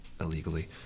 illegally